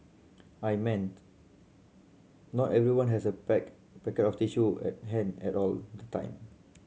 I meant not everyone has a black packet of tissue at hand and all the time